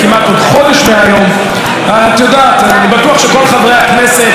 אני בטוח שכל חברי הכנסת מכל סיעות הבית עושים בדיוק את מה שאני עושה,